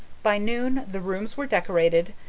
by noon the rooms were decorated,